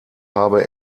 habe